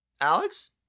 Alex